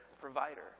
provider